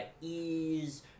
ease